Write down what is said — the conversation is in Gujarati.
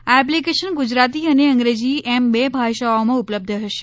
આ એપ્લિકેશન ગુજરાતી અને અંગ્રેજી એમ બે ભાષાઓમાં ઉપલબ્ધ હશે